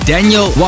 Daniel